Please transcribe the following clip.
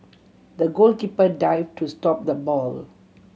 the goalkeeper dive to stop the ball